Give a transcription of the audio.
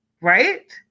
right